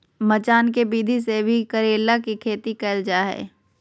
मचान के विधि से भी करेला के खेती कैल जा हय